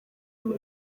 umu